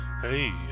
Hey